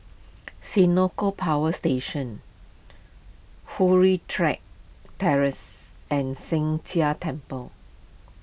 Senoko Power Station Hurray Check Terrace and Sheng Jia Temple